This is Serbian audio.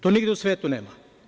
To nigde u svetu nema.